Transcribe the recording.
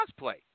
cosplay